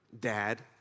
dad